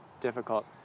difficult